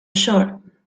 shore